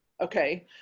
Okay